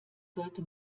sollte